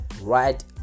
right